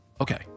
Okay